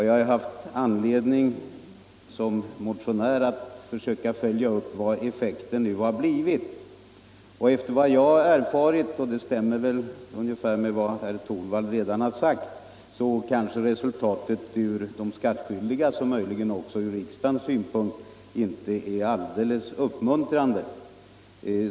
Jag har som motionär haft anledning att försöka följa upp vad effekten nu har blivit. Efter vad jag erfarit — och det stämmer väl ungefär med vad herr Torwald redan har framhållit — kanske resultatet ur de skattskyldigas och möjligen också ur riksdagens synpunkt inte är enbart uppmuntrande.